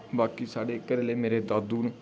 बाकी साढ़े घरैआह्ले मेरे दादू न